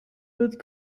wird